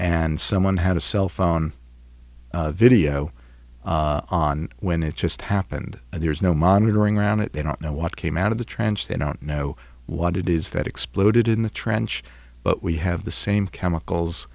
and someone had a cell phone video on when it just happened and there's no monitoring around it they don't know what came out of the trench they don't know what it is that exploded in the trench but we have the same chemicals